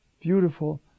beautiful